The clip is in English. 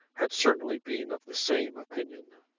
had certainly been of the same opinion.